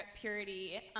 purity